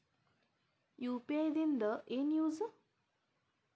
UPI ದಿಂದ ಏನು use?